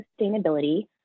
sustainability